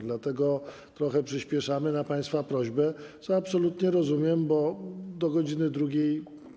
Dlatego trochę przyspieszamy na państwa prośbę, co absolutnie rozumiem, bo do godz. 2.